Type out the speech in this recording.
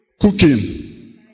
cooking